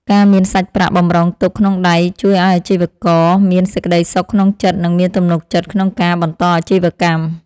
ការមានសាច់ប្រាក់បម្រុងទុកក្នុងដៃជួយឱ្យអាជីវករមានសេចក្តីសុខក្នុងចិត្តនិងមានទំនុកចិត្តក្នុងការបន្តអាជីវកម្ម។